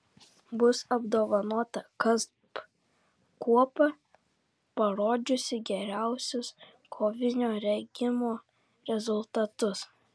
bus apdovanota kasp kuopa parodžiusi geriausius kovinio rengimo rezultatus